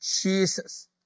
Jesus